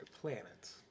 planets